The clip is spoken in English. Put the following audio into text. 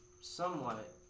somewhat